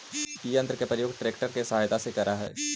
इ यन्त्र के प्रयोग ट्रेक्टर के सहायता से करऽ हई